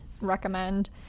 Recommend